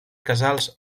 casals